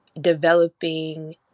developing